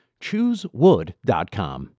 choosewood.com